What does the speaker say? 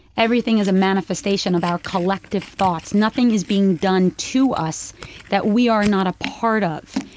everything is a manifestation of our collective thoughts. nothing is being done to us that we are not a part of.